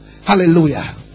Hallelujah